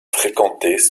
fréquentées